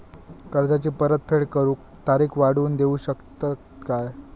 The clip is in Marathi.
कर्जाची परत फेड करूक तारीख वाढवून देऊ शकतत काय?